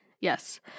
yes